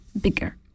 bigger